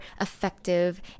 effective